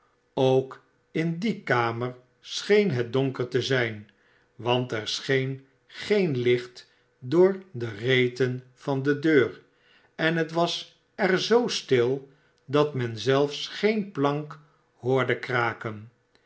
ook in die kamer scheen het donker te zijn want er scheen geen licht door de reten van de deur en het was er zoo stil dat men zelfs geen plank hoorde kraken